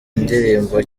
indirimbo